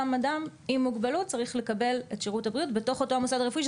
אדם עם מוגבלות צריך לקבל את שירות הבריאות בתוך אותו מוסד רפואי,